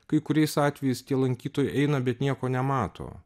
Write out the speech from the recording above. kai kuriais atvejais tie lankytojai eina bet nieko nemato